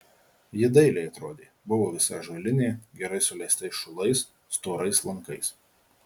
ji dailiai atrodė buvo visa ąžuolinė gerai suleistais šulais storais lankais